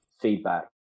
feedback